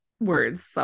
words